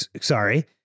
Sorry